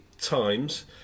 Times